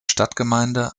stadtgemeinde